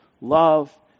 love